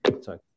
sorry